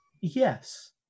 Yes